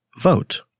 vote